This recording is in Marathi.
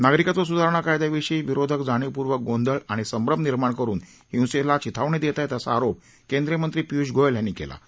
नागरिकत्व सुधारणा कायद्याविषयी विरोधक जाणिवपूर्वक गोंधळ आणि संभ्रम निर्माण करून हिंसेला चिथावणी देत आहेत असा आरोप केंद्रीय मंत्री पिय्ष गोयल यांनी केला आहे